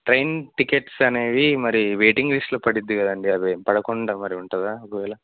train tickets అనేవి మరీ waiting లిస్ట్లో పడుతుంది కదా అండి అది పడకుండా మరి ఉంటుంది ఒకవేళ